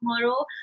tomorrow